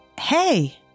Hey